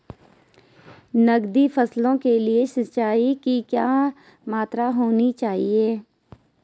नकदी फसलों के लिए सिंचाई की क्या मात्रा होनी चाहिए?